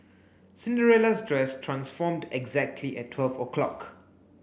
Cinderella's dress transformed exactly at twelve o'clock